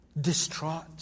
distraught